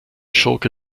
schurke